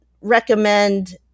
recommend